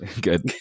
Good